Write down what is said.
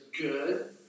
good